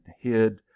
hid